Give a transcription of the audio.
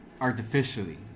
artificially